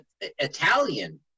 italian